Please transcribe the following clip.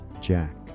Jack